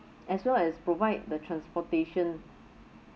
as well as provide the transportation